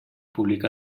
publica